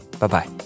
Bye-bye